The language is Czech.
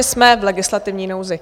Jsme legislativní nouzi.